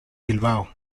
bilbao